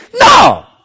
no